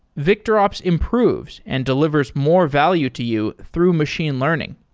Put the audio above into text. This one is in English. victorops improves and delivers more value to you through machine learning.